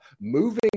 moving